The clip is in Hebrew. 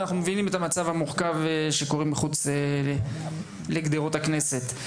ואנחנו מבינים את המצב המורכב שקורה כרגע מחוץ לגדרות הכנסת.